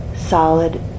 Solid